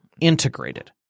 integrated